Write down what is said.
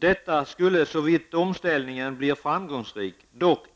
Detta skulle, såvitt omställningen blir framgångsrik, dock